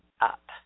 up